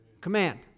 Command